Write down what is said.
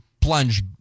plunge